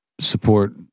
support